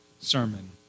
sermon